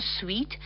sweet